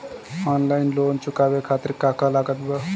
Online loan चुकावे खातिर का का लागत बा?